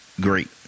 great